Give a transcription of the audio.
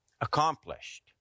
accomplished